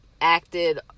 acted